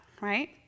right